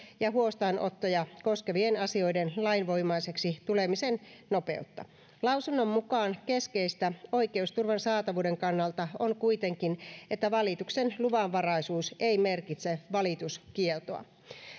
ja huostaanottoja koskevien asioiden lainvoimaiseksi tulemisen nopeutta lausunnon mukaan keskeistä oikeusturvan saatavuuden kannalta on kuitenkin että valituksen luvanvaraisuus ei merkitse valituskieltoa